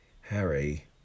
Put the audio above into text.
Harry